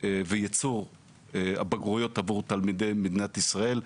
וייצור הבגרויות עבור תלמידי מדינת ישראל,